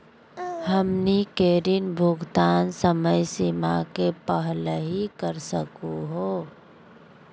हमनी के ऋण भुगतान समय सीमा के पहलही कर सकू हो?